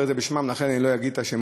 את זה בשמם ולכן אני לא אגיד את השמות.